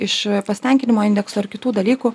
iš pasitenkinimo indeksų ar kitų dalykų